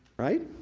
right?